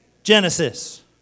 Genesis